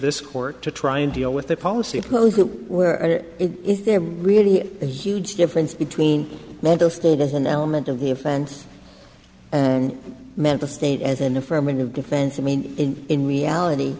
this court to try and deal with the policy of clothes that were is there really a huge difference between mental state as an element of the offense and mental state as an affirmative defense i mean in reality